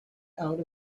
out